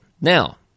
Now